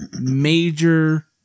Major